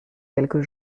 quelques